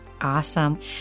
Awesome